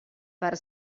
per